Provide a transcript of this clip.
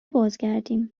بازگردیم